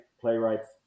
playwrights